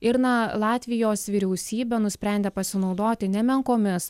ir na latvijos vyriausybė nusprendė pasinaudoti nemenkomis